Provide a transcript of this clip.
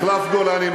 מחלף גולני,